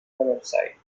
website